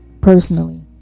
Personally